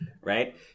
Right